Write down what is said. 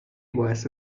باعث